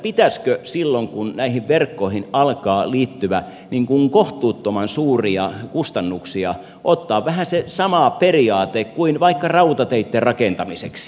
pitäisikö silloin kun näihin verkkoihin alkaa liittyä kohtuuttoman suuria kustannuksia ottaa vähän se sama periaate kuin vaikka rautateitten rakentamiseksi